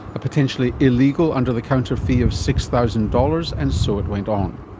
a potentially illegal under-the-counter fee of six thousand dollars. and so it went on.